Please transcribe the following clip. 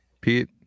Pete